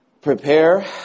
prepare